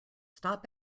stop